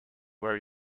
where